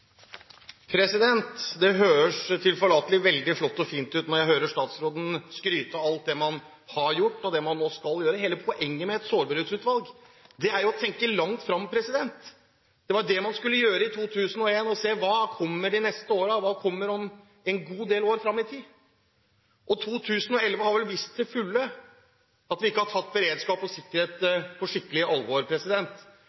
fint ut når jeg hører statsråden skryte av alt det man har gjort, og det man nå skal gjøre. Hele poenget med et sårbarhetsutvalg er å tenke langt fram. Det var det man skulle gjøre i 2001, se hva som kommer de neste årene, og hva som kommer en god del år fram i tid. 2011 har vel vist til fulle at vi ikke har tatt beredskap og